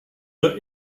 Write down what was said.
are